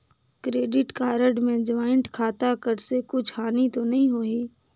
Credit card मे joint खाता कर से कुछ हानि तो नइ होही?